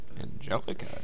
Angelica